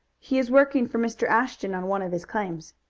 he is working for mr. ashton on one of his claims.